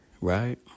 right